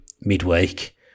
midweek